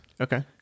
okay